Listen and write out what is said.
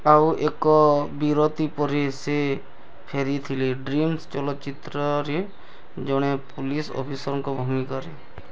ଆଉ ଏକ ବିରତି ପରେ ସେ ଫେରିଥିଲେ ଡ୍ରିମ୍ସ ଚଳଚ୍ଚିତ୍ରରେ ଜଣେ ପୁଲିସ୍ ଅଫିସର୍ଙ୍କ ଭୂମିକାରେ